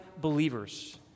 believers—